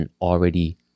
already